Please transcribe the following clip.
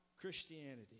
Christianity